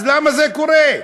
אז למה זה קורה?